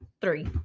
three